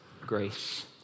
grace